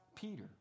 Peter